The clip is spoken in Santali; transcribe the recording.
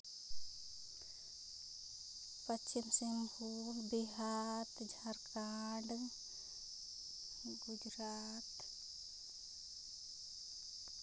ᱯᱚᱪᱷᱤᱢ ᱥᱤᱝᱵᱷᱩᱢ ᱵᱤᱦᱟᱨ ᱡᱷᱟᱲᱠᱷᱚᱸᱰ ᱜᱩᱡᱽᱨᱟᱴ